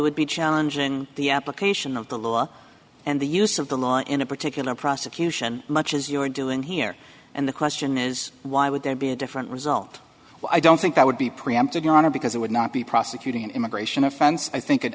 would be challenging the application of the law and the use of the law in a particular prosecution much as you're doing here and the question is why would there be a different result well i don't think that would be preempted your honor because it would not be prosecuting an immigration offense i think it